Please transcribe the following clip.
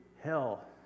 hell